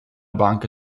banca